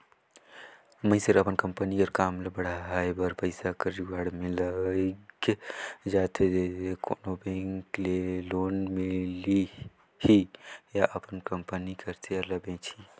मइनसे हर अपन कंपनी कर काम ल बढ़ाए बर पइसा कर जुगाड़ में लइग जाथे कोनो बेंक ले लोन लिही या अपन कंपनी कर सेयर ल बेंचही